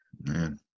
man